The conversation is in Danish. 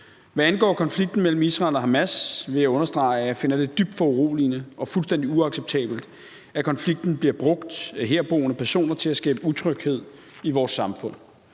Hvad angår konflikten mellem Israel og Hamas, vil jeg understrege, at jeg finder det dybt foruroligende og fuldstændig uacceptabelt, at konflikten bliver brugt af herboende personer til at skabe utryghed i vores samfund.